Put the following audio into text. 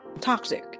toxic